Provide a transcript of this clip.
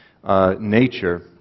Nature